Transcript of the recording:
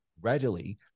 readily